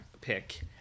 pick